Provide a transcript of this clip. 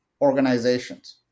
organizations